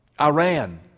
Iran